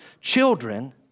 children